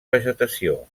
vegetació